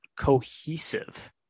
cohesive